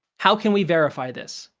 how can we verify this?